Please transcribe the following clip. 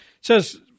says